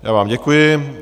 Já vám děkuji.